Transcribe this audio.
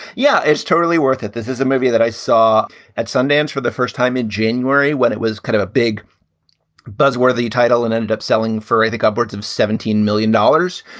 yeah. it's totally worth it. this is a movie that i saw at sundance for the first time in january when it was kind of a big buzz worthy title and ended up selling for, i think, upwards of seventeen million dollars,